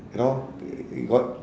you know got